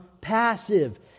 passive